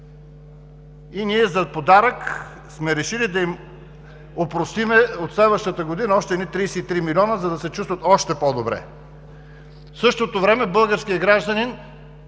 И ние за подарък сме решили да им опростим от следващата година още едни 33 млн. лв., за да се чувстват още по-добре. В същото време българският гражданин